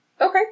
Okay